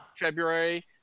February